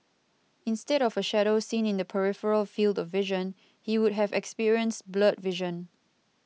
instead of a shadow seen in the peripheral field of vision he would have experienced blurred vision